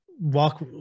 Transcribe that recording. walk